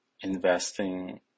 investing